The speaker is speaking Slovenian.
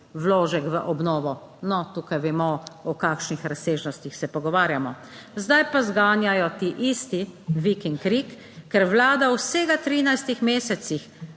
vložek v obnovo, no, tukaj vemo o kakšnih razsežnostih se pogovarjamo. Zdaj pa zganjajo ti isti vik in krik, ker vlada v vseh 13. mesecih